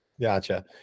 Gotcha